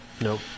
Nope